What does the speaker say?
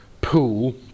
pool